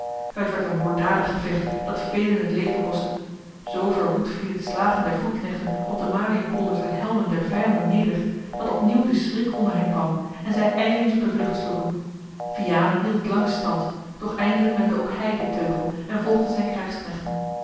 het werd een moorddadig gevecht dat velen het leven kostte zoo verwoed vielen de slagen der voetknechten op de maliënkolders en helmen der vijanden neder dat opnieuw de schrik onder hen kwam en zij ijlings op de vlucht sloegen vianen hield het langst stand doch eindelijk wendde ook hij den teugel en volgde zijne